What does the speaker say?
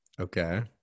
Okay